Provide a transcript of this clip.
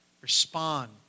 respond